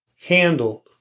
handled